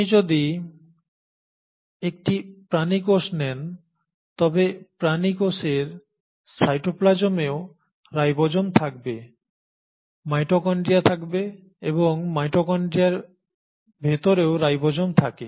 আপনি যদি একটি প্রাণী কোষ নেন তবে প্রাণী কোষের সাইটোপ্লাজমেও রাইবোসোম থাকবে মাইটোকন্ড্রিয়া থাকবে এবং মাইটোকন্ড্রিয়ায় ভেতরেও রাইবোসোম থাকে